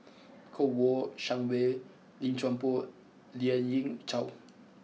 Kouo Shang Wei Lim Chuan Poh Lien Ying Chow